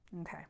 Okay